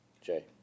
Jay